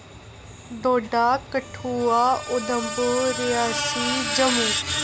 Doda Kathua Udhampur Reasi Jammu